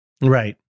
Right